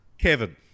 Kevin